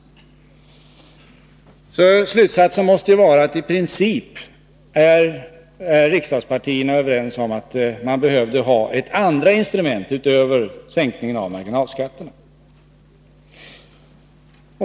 Slutsatsen måste vara att riksdagspartierna i princip är överens om att man behövde ha ett andra instrument utöver sänkningen av marginalskatterna.